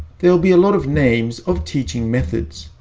there'll be a lot of names of teaching methods.